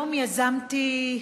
היום יזמתי,